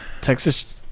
Texas